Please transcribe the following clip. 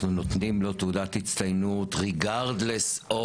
אנחנו נותנים לו תעודת הצטיינות למרות הכול,